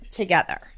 together